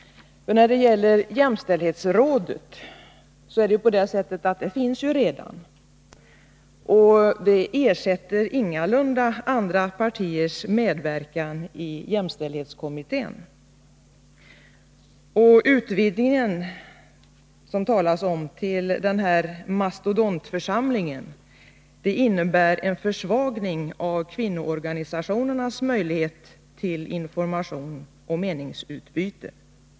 När det gäller jämställdhetsrådet så finns ju detta redan, och det utesluter ingalunda andra partiers medverkan i jämställdhetskommittén. Utvidgningen, som det talas om, till den aktuella mastodontförsamlingen innebär en försvagning av kvinnoorganisationernas möjligheter till information och meningsutbyte.